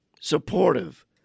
supportive